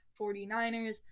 49ers